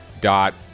dot